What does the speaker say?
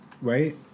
right